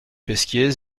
pesquier